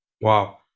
Wow